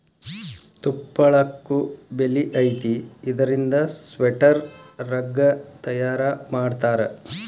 ತುಪ್ಪಳಕ್ಕು ಬೆಲಿ ಐತಿ ಇದರಿಂದ ಸ್ವೆಟರ್, ರಗ್ಗ ತಯಾರ ಮಾಡತಾರ